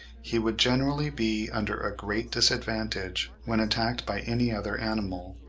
he would generally be under a great disadvantage when attacked by any other animal.